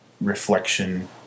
reflection